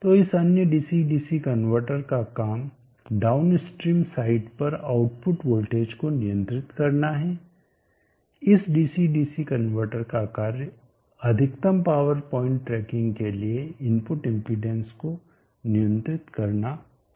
तो इस अन्य डीसी डीसी कनवर्टर का काम डाउनस्ट्रीम साइड पर आउटपुट वोल्टेज को नियंत्रित करना है इस डीसी डीसी कनवर्टर का कार्य अधिकतम पावर प्वाइंट ट्रैकिंग के लिए इनपुट इम्पीड़ेंस को नियंत्रित करने था